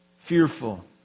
fearful